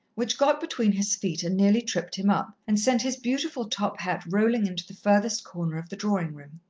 which got between his feet and nearly tripped him up, and sent his beautiful top-hat rolling into the furthest corner of the drawing-room.